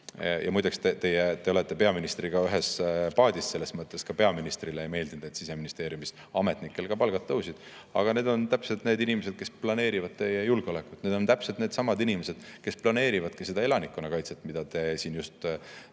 – muideks, te olete peaministriga ühes paadis selles mõttes, et ka peaministrile ei meeldinud, et Siseministeeriumis ametnikel palgad tõusid –, siis need on täpselt need inimesed, kes planeerivad teie julgeolekut. Need on täpselt needsamad inimesed, kes planeerivadki seda elanikkonnakaitset, mille pärast te mures